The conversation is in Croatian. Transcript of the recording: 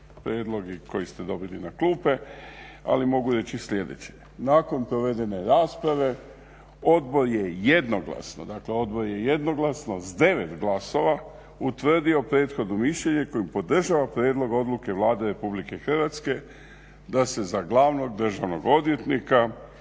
prijedlog koji ste dobili na klupe ali mogu reći sljedeće. Nakon provedene rasprave Odbor je jednoglasno dakle jednoglasno s 9 glasova za utvrdio prethodno mišljenje koje podržava prijedlog Odluke Vlade RH da se za glavnog državnog odvjetnika